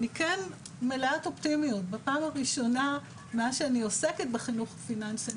אני כן מלאת אופטימיות בפעם הראשונה מאז שאני עוסקת בחינוך הפיננסי,